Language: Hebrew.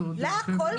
לה הכול מותר?